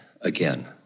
again